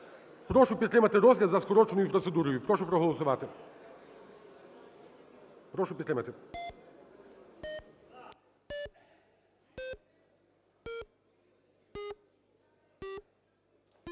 Прошу підтримати розгляд за скороченою процедурою. Прошу проголосувати. Прошу підтримати.